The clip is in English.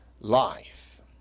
life